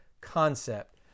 concept